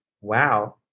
Wow